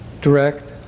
direct